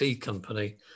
company